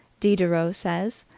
diderot says,